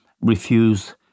refuse